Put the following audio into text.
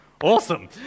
Awesome